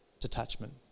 detachment